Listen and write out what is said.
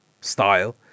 style